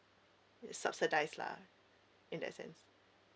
it's subsidized lah in that sense